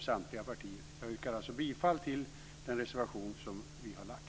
Jag yrkar återigen bifall till den reservation som vi har avgivit.